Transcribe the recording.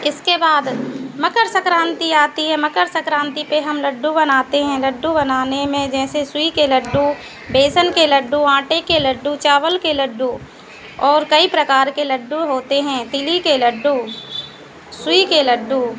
इसके बाद मकर संक्रांति आती है मकर संक्रांति पर हम लड्डू बनाते हैं लड्डू बनाने में जैसे सूजी के लड्डू बेसन के लड्डू आटे के लड्डू चावल के लड्डू और कई प्रकार के लड्डू होते हैं तिल के लड्डू सूजी के लड्डू